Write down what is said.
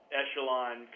echelon